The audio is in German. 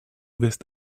wirst